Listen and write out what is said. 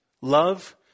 love